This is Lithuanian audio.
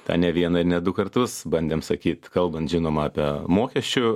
tą ne vieną ir ne du kartus bandėm sakyt kalbant žinoma apie mokesčių